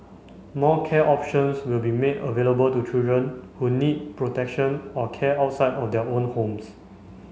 more care options will be made available to children who need protection or care outside of their own homes